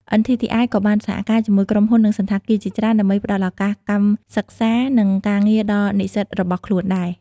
NTTI ក៏បានសហការជាមួយក្រុមហ៊ុន និងសណ្ឋាគារជាច្រើនដើម្បីផ្តល់ឱកាសកម្មសិក្សា និងការងារដល់និស្សិតរបស់ខ្លួនដែរ។